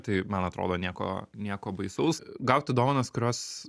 tai man atrodo nieko nieko baisaus gauti dovanas kurios